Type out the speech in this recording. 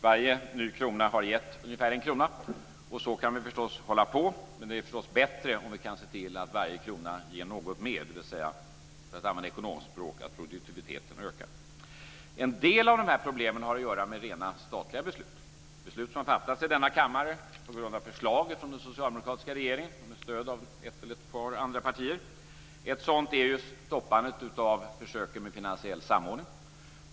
Varje ny krona har gett ungefär en krona. Så kan man naturligtvis hålla på, men det är förstås bättre om vi kan se till att varje krona ger något mer, dvs. att produktiviteten ökar, för att använda ekonomspråk. En del av de här problemen har att göra med rent statliga beslut, beslut som fattas i denna kammare på grund av förslag från den socialdemokratiska regeringen med stöd av ett eller ett par andra partier. Ett sådant är stoppandet av försöken med finansiell samordning.